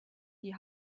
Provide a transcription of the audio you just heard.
die